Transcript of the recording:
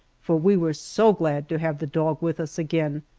for we were so glad to have the dog with us again,